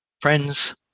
Friends